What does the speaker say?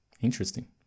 interesting